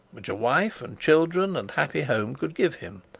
which a wife, and children, and happy home could give him,